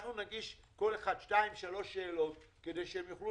אנחנו נגיש כל אחד שתיים-שלוש שאלות כדי שהם יוכלו